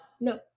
No